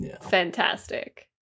fantastic